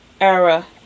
era